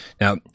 Now